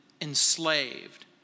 enslaved